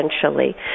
essentially